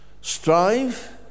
Strive